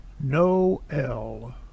No-L